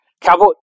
Cowboy